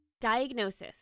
Diagnosis